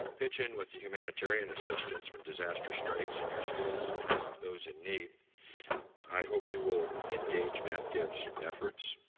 pitch in with the humanitarian assistance when disasters strikes and your skills can help those in need i hope you will engage map give's efforts,